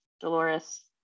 dolores